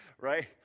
right